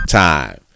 time